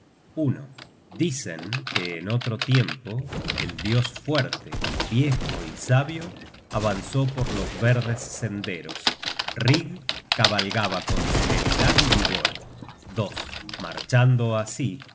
rig dicen que en otro tiempo el dios fuerte viejo y sabio avanzó por los verdes senderos rig cabalgaba con celeridad y vigor marchando así